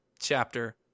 chapter